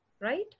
Right